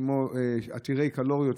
עתירי קלוריות,